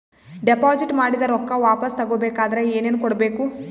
Deposit ಮಾಡಿದ ರೊಕ್ಕ ವಾಪಸ್ ತಗೊಬೇಕಾದ್ರ ಏನೇನು ಕೊಡಬೇಕು?